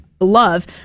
love